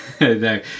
no